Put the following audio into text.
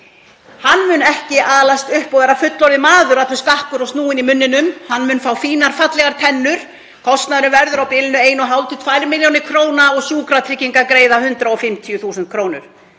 Hann mun ekki alast upp og verða fullorðinn maður allur skakkur og snúinn í munninum, hann mun fá fínar og fallegar tennur. Kostnaðurinn verður á bilinu 1,5–2 millj. kr. og Sjúkratryggingar greiða 150.000 kr.